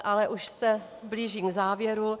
Ale už se blížím k závěru.